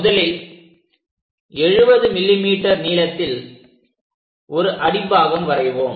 முதலில் 70 mm நீளத்தில் ஒரு அடிப்பக்கம் வரைவோம்